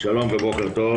שלום ובוקר טוב.